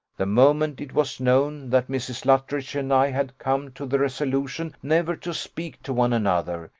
the moment it was known that mrs. luttridge and i had come to the resolution never to speak to one another,